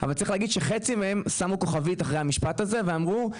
אבל חצי מהם שמו כוכבית אחרי המשפט הזה, ואמרו,